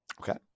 Okay